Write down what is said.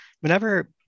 whenever